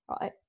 Right